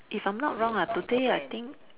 if I'm not wrong ah today I think